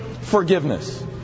Forgiveness